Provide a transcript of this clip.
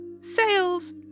Sales